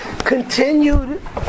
continued